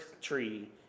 tree